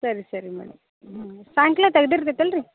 ಸರಿ ಸರಿ ಮೇಡಮ್ ಹ್ಞೂ ಸಾಯಂಕಾಲ ತೆಗ್ದಿರ್ತೈತಲ್ಲ ರಿ